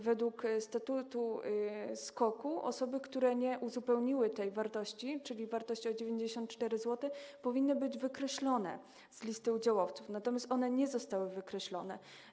Według statutu SKOK-u osoby, które nie uzupełniły tej wartości, czyli kwoty 94 zł, powinny być wykreślone z listy udziałowców, natomiast one nie zostały wykreślone.